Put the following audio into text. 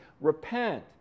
repent